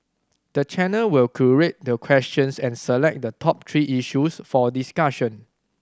the channel will curate the questions and select the top three issues for discussion